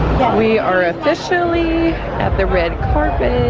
we are officially at the red carpet.